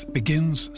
begins